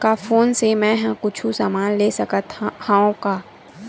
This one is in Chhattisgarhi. का फोन से मै हे कुछु समान ले सकत हाव का?